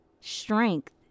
strength